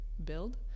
build